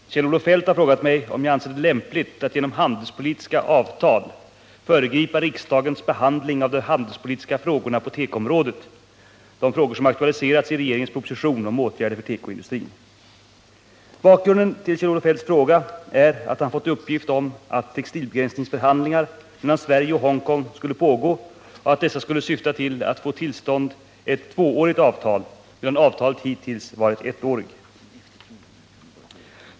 Herr talman! Kjell-Olof Feldt har frågat mig om jag anser det lämpligt att genom handelspolitiska avtal föregripa riksdagens behandling av de handelspolitiska frågorna på tekoområdet, som aktualiseras i regeringens proposition om åtgärder för tekoindustrin. Bakgrunden till Kjell-Olof Feldts fråga är att han fått uppgift om att textilbegränsningsförhandlingar mellan Sverige och Hongkong skulle pågå och att dessa skulle syfta till att få till stånd ett tvåårigt avtal, medan avtalen hittills varit ettåriga.